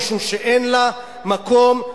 משום שאין לה מקום,